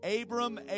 Abram